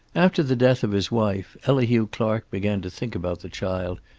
after the death of his wife elihu clark began to think about the child,